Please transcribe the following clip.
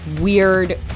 weird